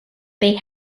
they